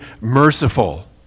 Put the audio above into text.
merciful